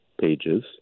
pages